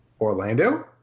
Orlando